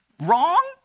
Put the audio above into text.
Wrong